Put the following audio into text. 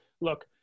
look